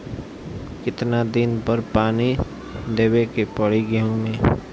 कितना दिन पर पानी देवे के पड़ी गहु में?